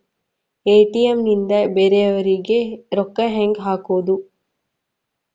ATM ನಿಂದ ಬೇರೆಯವರಿಗೆ ರೊಕ್ಕ ಹೆಂಗ್ ಹಾಕೋದು?